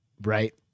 right